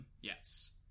Yes